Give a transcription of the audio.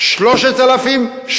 3,600